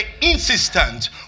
insistent